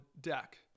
deck